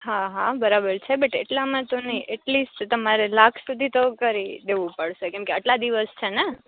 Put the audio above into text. હા હા બરાબર છે બટ એટલામાં તો નહી એટલીસ તમારે લાખ સુધી તો કરી દેવું પડસે કેમકે અટલા દિવસ છેને